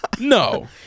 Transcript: No